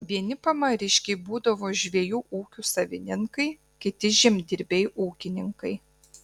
vieni pamariškiai būdavo žvejų ūkių savininkai kiti žemdirbiai ūkininkai